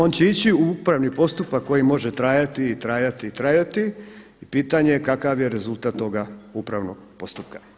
On će ići u upravni postupak koji može trajati i trajati i trajati i pitanje je kakav je rezultat toga upravnoga postupka.